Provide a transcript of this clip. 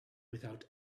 without